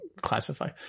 classify